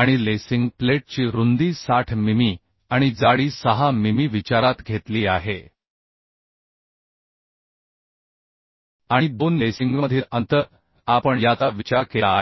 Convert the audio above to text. आणि लेसिंग प्लेटची रुंदी 60 मिमी आणि जाडी 6 मिमी विचारात घेतली आहे आणि दोन लेसिंगमधील अंतर आपण याचा विचार केला आहे